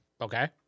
Okay